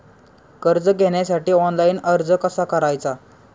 कर्ज घेण्यासाठी ऑनलाइन अर्ज कसा करायचा?